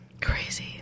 crazy